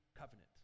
covenant